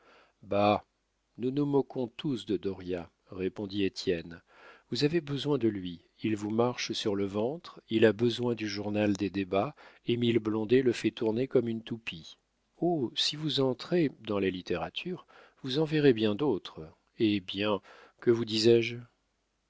nous nous moquons tous de dauriat répondit étienne vous avez besoin de lui il vous marche sur le ventre il a besoin du journal des débats émile blondet le fait tourner comme une toupie oh si vous entrez dans la littérature vous en verrez bien d'autres eh bien que vous disais-je